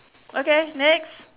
okay next